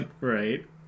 right